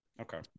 Okay